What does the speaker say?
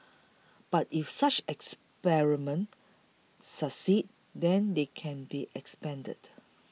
but if such experiments succeed then they can be expanded